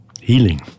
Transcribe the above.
healing